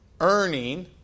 earning